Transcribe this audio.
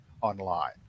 online